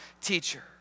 teacher